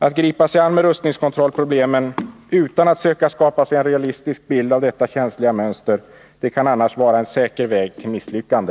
Att gripa sig an med rustningskontrollproblemen utan att söka skapa sig en realistisk bild av detta känsliga mönster kan annars vara en säker väg till misslyckande.